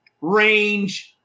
range